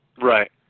Right